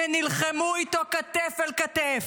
שנלחמו איתו כתף אל כתף.